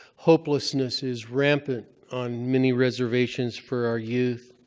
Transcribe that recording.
hopelessness is rampant on many reservations for our youth.